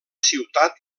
ciutat